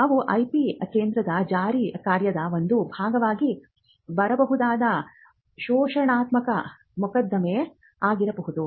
ಅವು ಐಪಿ ಕೇಂದ್ರದ ಜಾರಿ ಕಾರ್ಯದ ಒಂದು ಭಾಗವಾಗಿ ಬರಬಹುದಾದ ಘೋಷಣಾತ್ಮಕ ಮೊಕದ್ದಮೆ ಆಗಿರಬಹುದು